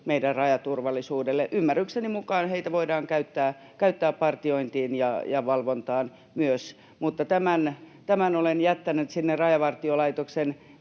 meidän rajaturvallisuudelle. Ymmärrykseni mukaan heitä voidaan käyttää myös partiointiin ja valvontaan. Mutta tämän olen jättänyt Rajavartiolaitoksen